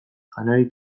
janari